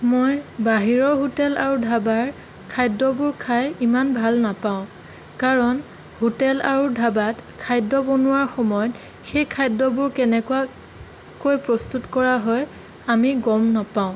মই বাহিৰৰ হোটেল আৰু ধাবাৰ খাদ্যবোৰ খাই ইমান ভাল নাপাওঁ কাৰণ হোটেল আৰু ধাবাত খাদ্য বনোৱাৰ সময়ত সেই খাদ্যবোৰ কেনেকুৱাকৈ প্ৰস্তুত কৰা হয় আমি গম নাপাওঁ